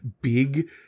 big